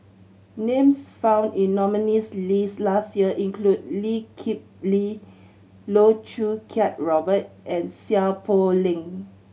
names found in nominees' list last year include Lee Kip Lee Loh Choo Kiat Robert and Seow Poh Leng